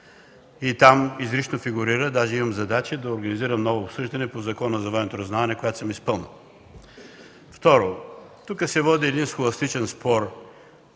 Там изрично фигурира, даже имам задача да организирам ново обсъждане по Закона за военното разузнаване, която съм изпълнил. Второ, тук се води един схоластичен спор.